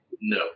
No